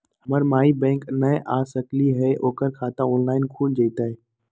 हमर माई बैंक नई आ सकली हई, ओकर खाता ऑनलाइन खुल जयतई?